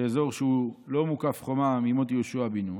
באזור שהוא לא מוקף חומה מימות יהושע בן נון,